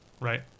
right